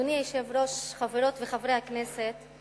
אדוני היושב-ראש, חברות וחברי הכנסת,